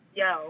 yo